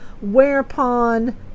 whereupon